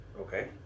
Okay